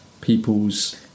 people's